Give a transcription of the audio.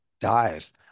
dive